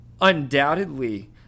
Undoubtedly